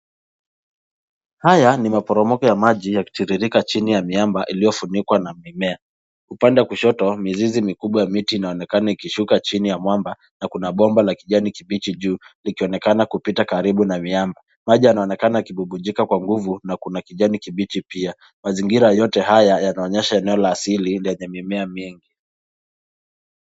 Haya ni maporomoko ya maji yakitiririka chini ya miaba iliyofunikwa na mimea. Upande wa kushoto, mizizi mikubwa ya miti inaonekana ikishuka chini ya mwamba na kuna bomba la kijani kibichi juu likionekana kupita karibu na miamba. Maji yanaonekana yakibubujika kwa nguvu na kuna kijani kibichi pia. Mazingira yote haya yanaonyesha eneo la asili lenye mimea mingi.